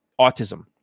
autism